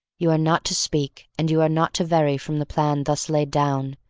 you are not to speak, and you are not to vary from the plan thus laid down.